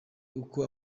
uko